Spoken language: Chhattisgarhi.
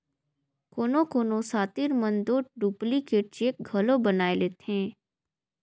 कोनो कोनो सातिर मन दो डुप्लीकेट चेक घलो बनाए लेथें